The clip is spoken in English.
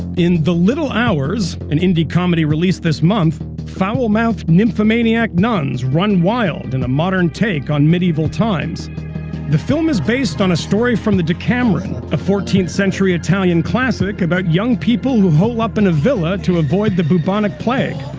in the little hours, an indie comedy released this month, foul-mouthed nymphomaniac nuns run wild and in a modern take on medieval times the film is based on a story from the decameron, a fourteenth century italian classic about young people who hole up in a villa to avoid the bubonic plague.